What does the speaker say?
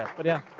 ah but, yeah.